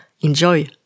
Enjoy